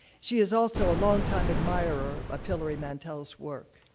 she is also a longtime admirer of hilary mantel's work.